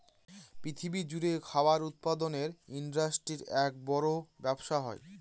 পৃথিবী জুড়ে খাবার উৎপাদনের ইন্ডাস্ট্রির এক বড় ব্যবসা হয়